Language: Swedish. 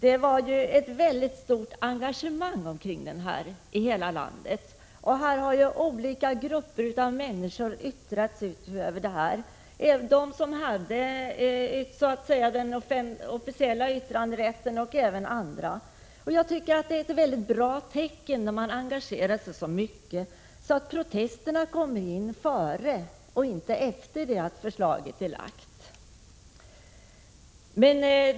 Engagemanget var mycket stort i hela landet kring den här frågan. Olika grupper av människor har yttrat sig — både de som så att säga hade den officiella yttranderätten och andra. Det är ett bra tecken när människor engagerar sig så mycket att protesterna kommer in före, inte efter, det att förslaget har lagts fram.